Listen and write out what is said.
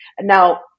Now